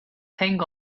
thing